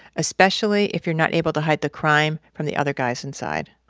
especially if you're not able to hide the crime from the other guys inside?